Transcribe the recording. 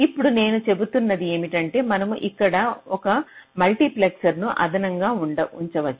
ఇప్పుడు నేను చెబుతున్నది ఏమంటే మనము ఇక్కడ ఒక మల్టీప్లెక్సర్ను అదనంగా ఉంచవచ్చు